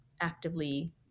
actively